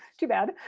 too bad.